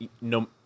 no